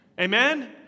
Amen